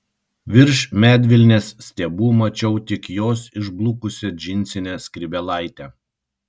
virš medvilnės stiebų mačiau tik jos išblukusią džinsinę skrybėlaitę